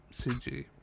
CG